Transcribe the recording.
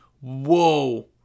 whoa